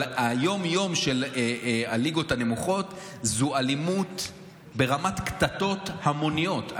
אבל היום-יום של הליגות הנמוכות הוא אלימות ברמת קטטות המוניות.